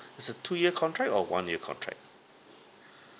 is a two year contract or one year contract